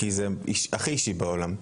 כי זה הכי אישי בעולם.